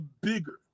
bigger